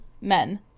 men